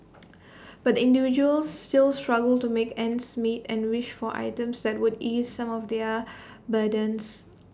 but the individuals still struggle to make ends meet and wish for items that would ease some of their burdens